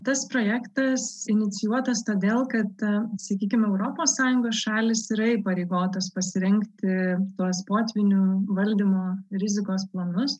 tas projektas inicijuotas todėl kad sakykim europos sąjungos šalys yra įpareigotos pasirengti tuos potvynių valdymo rizikos planus